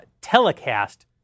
telecast